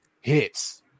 hits